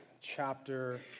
chapter